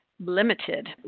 limited